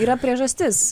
yra priežastis